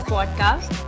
Podcast